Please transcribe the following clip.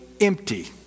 empty